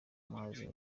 mazi